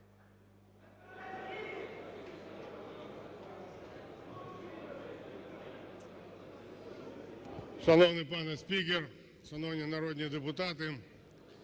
Шановний пане спікер! Шановні народні депутати!